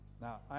Now